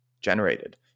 generated